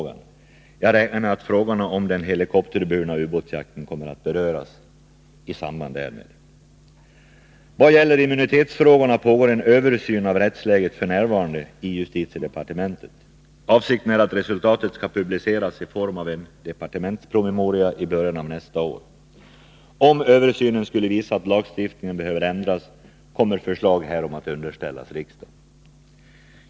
Jag räknar 15 november 1982 med att frågorna om den helikopterburna ubåtsjakten kommer att beröras i Vad gäller immunitetsfrågorna pågår f.n. en översyn av rättsläget i ubåtskränkningar, justitiedepartementet. Avsikten är att resultatet skall publiceras i form av en departementspromemoria i början av nästa år. Om översynen skulle visa att lagstiftningen behöver ändras, kommer förslag härom att underställas riksdagen.